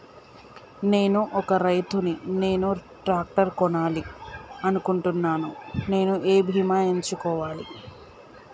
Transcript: నేను ఒక రైతు ని నేను ట్రాక్టర్ కొనాలి అనుకుంటున్నాను నేను ఏ బీమా ఎంచుకోవాలి?